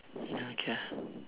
ya okay ah